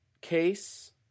Case